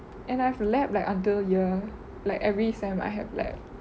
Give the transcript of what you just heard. and I've lab like until year like every sem I have lab